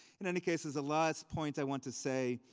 in any case is the last point. i want to say